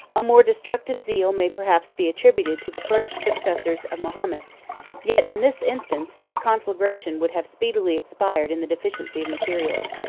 a more destructive zeal may perhaps be attributed to the first successors of mahomet yet in this instance, the conflagration would have speedily expired in the deficiency of materials.